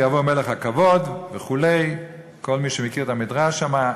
ויבוא מלך הכבוד" וכו' כל מי שמכיר את המדרש שם,